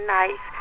nice